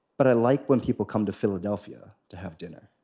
but i like when people come to philadelphia to have dinner.